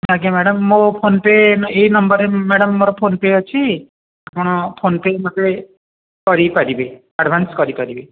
ଆଜ୍ଞା ମ୍ୟାଡ଼ମ୍ ମୋ PhonePe' ଏଇ ନମ୍ବର୍ରେ ମ୍ୟାଡ଼ମ୍ ମୋର ଫୋନ୍ ପେ' ଅଛି ଆପଣ ଫୋନ୍ ପେ' ବି ମୋତେ କରିପାରିବେ ଆଡ଼ଭାନ୍ସ କରିପାରିବେ